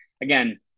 Again